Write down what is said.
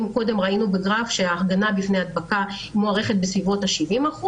ואם קודם ראינו בגרף שההגנה בפני הדבקה מוערכת בסביבות ה-70%,